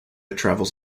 travels